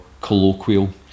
colloquial